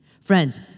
Friends